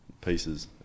pieces